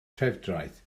trefdraeth